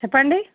చెప్పండి